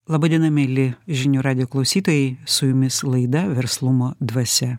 laba diena mieli žinių radijo klausytojai su jumis laida verslumo dvasia